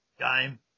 game